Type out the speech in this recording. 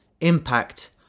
impact